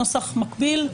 נוסח מקביל.